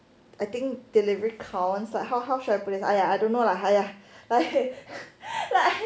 I think delivery counts like how how should I put this !aiya! I I don't know lah !haiya!